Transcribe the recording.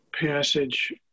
passage